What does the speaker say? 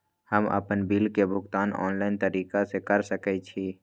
हम आपन बिल के भुगतान ऑनलाइन तरीका से कर सके छी?